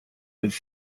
his